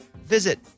visit